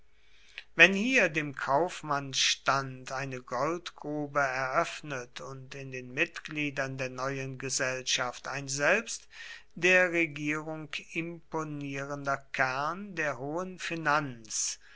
wenn hier dem kaufmannsstand eine goldgrube eröffnet und in den mitgliedern der neuen gesellschaft ein selbst der regierung imponierender kern der hohen finanz